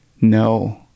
No